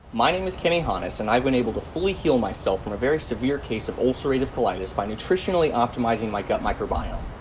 my name is kenny honnas and i've been able to fully heal myself from a very severe case of ulcerative colitis by nutritionally optimizing my gut microbiome.